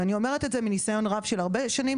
ואני אומרת את זה מניסיון רב של הרבה שנים